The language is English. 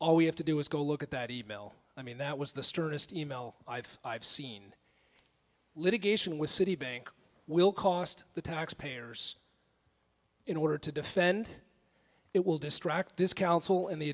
all we have to do is go look at that e mail i mean that was the sternest email i've i've seen litigation with citibank will cost the taxpayers in order to defend it will distract this counsel and the